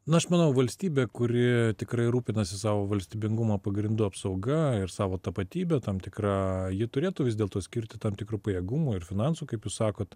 na aš manau valstybė kuri tikrai rūpinasi savo valstybingumo pagrindų apsauga ir savo tapatybe tam tikra ji turėtų vis dėlto skirti tam tikrų pajėgumų ir finansų kaip jūs sakot